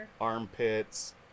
armpits